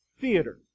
theater